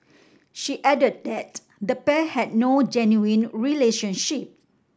she added that the pair had no genuine relationship